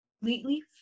completely